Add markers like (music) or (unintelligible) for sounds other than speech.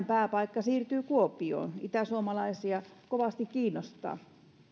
(unintelligible) pääpaikka siirtyy kuopioon itäsuomalaisia tämä kovasti kiinnostaa